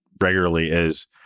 regularly—is